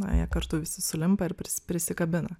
jie kartu visi sulimpa ir pris prisikabina